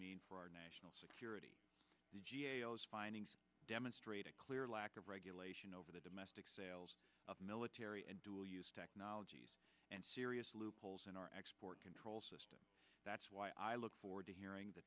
mean for our national security demonstrate a clear lack of regulation over the domestic sales of military and dual use technologies and serious loopholes in our export control system that's why i look forward to hearing the